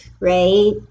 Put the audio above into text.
right